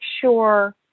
sure